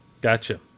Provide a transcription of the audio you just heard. Gotcha